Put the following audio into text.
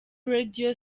radio